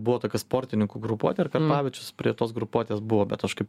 buvo tokia sportinikų grupuotė ir karpavičius prie tos grupuotės buvo bet aš kaip